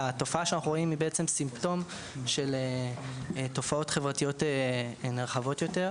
התופעה שאנחנו רואים היא סימפטום של תופעות חברתיות נרחבות יותר.